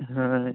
ହଁ